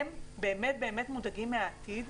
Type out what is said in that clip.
הם באמת באמת מודאגים מהעתיד.